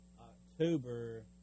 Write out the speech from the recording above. October